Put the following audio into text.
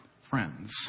friends